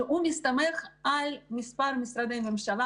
כשהוא מסתמך על מספר משרדי ממשלה,